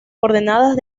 coordenadas